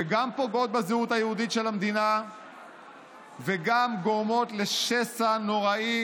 שגם פוגעות בזהות היהודית של המדינה וגם גורמות לשסע נוראי